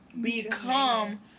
become